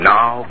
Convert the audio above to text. Now